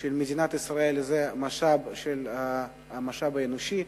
של מדינת ישראל הוא המשאב האנושי,